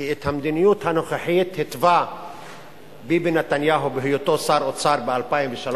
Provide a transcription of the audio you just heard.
כי את המדיניות הנוכחית התווה ביבי נתניהו בהיותו שר אוצר ב-2003,